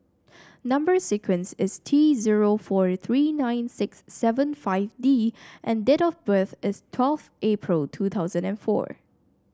number sequence is T zero four three nine six seven five D and date of birth is twelfth April two thousand and four